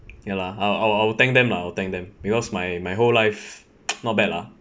ya lah I'll I'll thank them lah I will thank them because my my whole life not bad lah